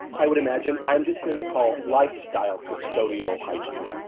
i would imagine i'm just going to call lifestyle custodial hygiene